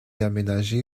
aménager